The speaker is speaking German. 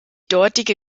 dortige